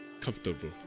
comfortable